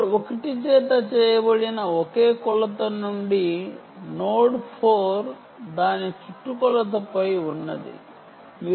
node 1 చేత చేయబడిన ఒకే కొలత నుండి నోడ్ 4 దాని చుట్టుకొలత పై ఉన్నది అని నిర్దారించవచ్చు